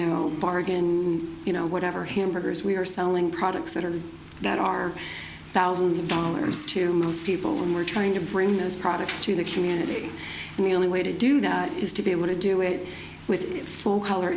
know bargain you know whatever him her as we are selling products that are that are thousands of dollars to most people and we're trying to bring those products to the community and the only way to do that is to be able to do it with full color